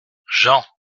jean